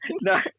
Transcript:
no